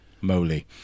moly